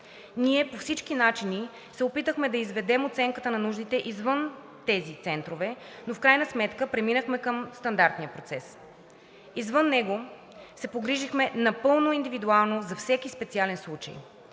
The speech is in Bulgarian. Ние по всички начини се опитахме да изведем оценката на нуждите извън тези центрове, но в крайна сметка преминахме към стандартния процес. Извън него се погрижихме напълно индивидуално за всеки специален случай